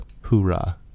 Hoorah